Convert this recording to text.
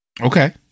Okay